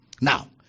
now